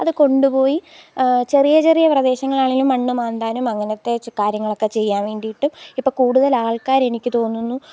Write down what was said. അതു കൊണ്ടു പോയി ചെറിയ ചെറിയ പ്രദേശങ്ങളാണെങ്കിലും മണ്ണു മാന്താനും അങ്ങനത്തെ ചെ കാര്യങ്ങളൊക്കെ ചെയ്യാന് വേണ്ടിയിട്ട് ഇപ്പം കൂടുതൽ ആള്ക്കാര് എനിക്കു തോന്നുന്നു